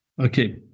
Okay